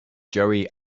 joey